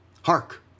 Hark